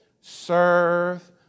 serve